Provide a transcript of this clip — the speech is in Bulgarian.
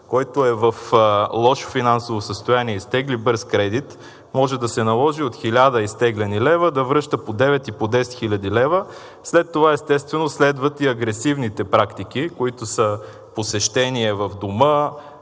който е в лошо финансово състояние и изтегли бърз кредит, може да се наложи от 1000 изтеглени лева да връща по 9 и по 10 хил. лв. След това, естествено, следват и агресивните практики, които са посещение в дома,